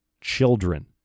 children